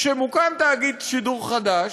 כשמוקם תאגיד שידור חדש,